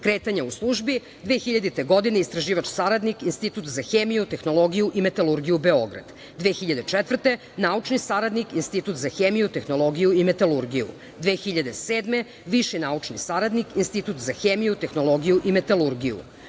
u službi: 2000. godine - istraživač-saradnik, Institut za hemiju, tehnologiju i metalurgiju Beograd, 2004. godina- naučni saradnik, Institut za hemiju, tehnologiju i metalurgiju, 2007. godine - viši naučni saradnik, Institut za hemiju, tehnologiju i metalurgiju. Učešće